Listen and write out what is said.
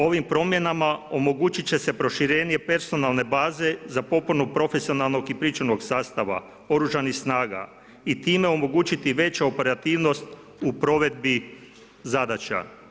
Ovim promjenama omogućit će se proširenje personalne baze za popunu profesionalnog i pričuvanog sastava Oružanih snaga i time omogućiti veća operativnost u provedbi zadaća.